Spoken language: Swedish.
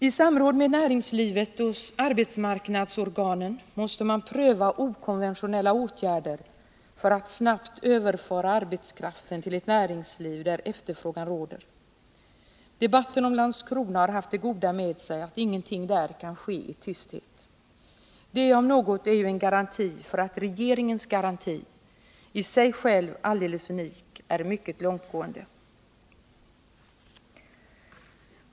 I samråd med näringslivet och arbetsmarknadsorganen måste man pröva okonventionella åtgärder för att snabbt överföra arbetskraften till ett näringsliv där efterfrågan råder. Debatten om Landskrona har haft det goda med sig att ingenting där kan ske i tysthet. Det om något är en garanti för att regeringens garanti, i sig själv alldeles unik, är mycket långtgående.